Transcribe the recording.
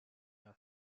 are